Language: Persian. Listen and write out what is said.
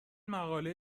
مقاله